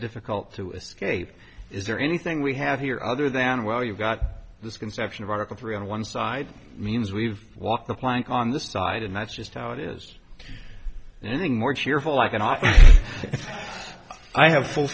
difficult to escape is there anything we have here other than well you've got this conception of article three on one side means we've walked the plank on this side and that's just how it is nothing more cheerful i cannot i have full